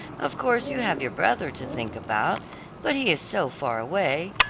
of course you have your brother to think about but he is so far away,